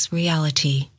reality